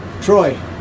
Troy